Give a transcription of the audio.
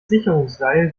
sicherungsseil